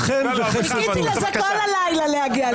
חיכיתי כל הלילה להגיע לפה.